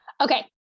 Okay